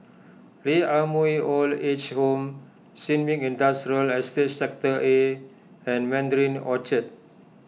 Lee Ah Mooi Old Age Home Sin Ming Industrial Sector A and Mandarin Orchard